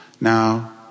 Now